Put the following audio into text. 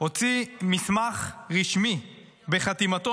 הוציא מסמך רשמי בחתימתו,